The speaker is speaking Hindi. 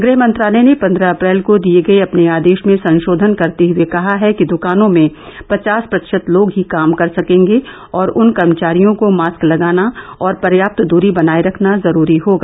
गृह मंत्रालय ने पन्द्रह अप्रैल को दिए गए अपने आदेश में संशोधन करते हुए कहा है कि दुकानों में पचास प्रतिशत लोग ही काम कर सकेंगे और उन कर्मचारियों को मास्क लगाना और पर्याप्त दूरी बनाए रखना जरूरी होगा